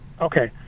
Okay